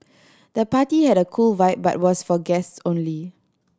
the party had a cool vibe but was for guests only